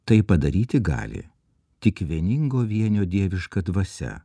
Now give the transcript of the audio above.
tai padaryti gali tik vieningo vienio dieviška dvasia